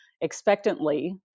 expectantly